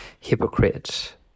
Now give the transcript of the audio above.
hypocrite